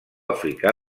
africà